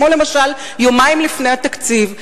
כמו למשל יומיים לפני התקציב.